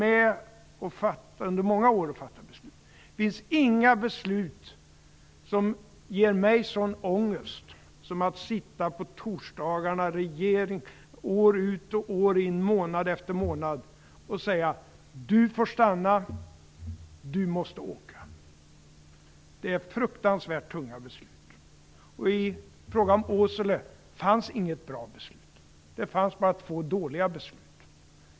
Men jag kan försäkra att det inte finns några beslut som ger mig sådan ångest som att sitta på torsdagarna i regeringssammanträden år ut och år in, månad efter månad och säga: "Du får stanna. Du måste åka." Det är fruktansvärt tunga beslut att fatta. I Åselefrågan fanns inget bra beslut. Det fanns bara två dåliga beslut.